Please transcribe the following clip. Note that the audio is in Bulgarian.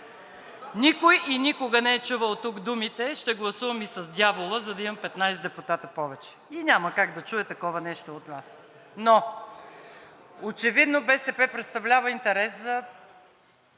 Никой и никога не е чувал тук думите: ще гласувам и с дялова, за да имам 15 депутати повече. Няма как да чуе такова нещо от нас. Но очевидно БСП представлява интерес за